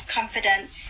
confidence